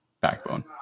backbone